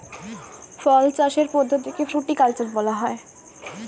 ফল চাষের পদ্ধতিকে ফ্রুটিকালচার বলা হয়